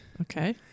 Okay